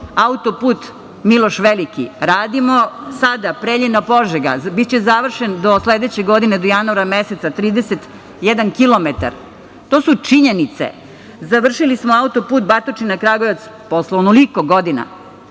autoput „Miloš Veliki“, radimo sada Preljina–Požega, biće završen do sledeće godine, do januara meseca 31 kilometar. To su činjenice. Završili smo autoput Batočina–Kragujevac posle onoliko godina,